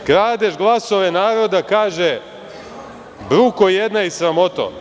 Kradeš glasove naroda, kaže, bruko jedna i sramoto.